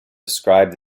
describe